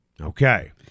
Okay